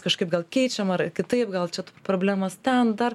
kažkaip gal keičiam ar kitaip gal čia problemos ten dar